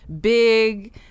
big